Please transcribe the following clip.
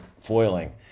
foiling